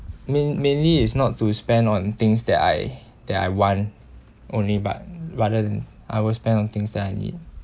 main~ mainly is not to spend on things that I that I want only but rather than I will spend on things that I need